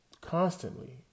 Constantly